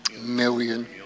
million